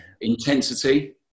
intensity